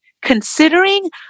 considering